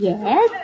Yes